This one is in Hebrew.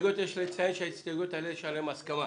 יש לציין שעל ההסתייגויות שהזכרתי יש הסכמה.